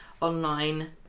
online